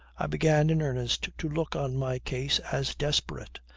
i began in earnest to look on my case as desperate,